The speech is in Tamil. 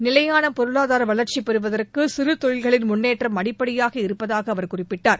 நிலையான பொருளாதார வளர்ச்சி பெறுவதற்கு சிறு தொழில்களின் முன்னேற்றம் அடிப்படையாக இருப்பதாக அவர் குறிப்பிட்டார்